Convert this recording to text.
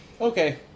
Okay